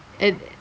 is it